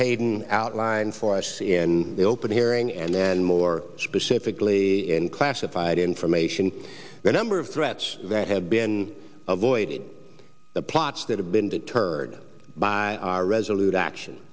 hayden outlined for us in the open hearing and then more specifically in classified information the number of threats that have been avoided the plots that have been deterred by our resolute action